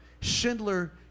Schindler